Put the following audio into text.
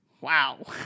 Wow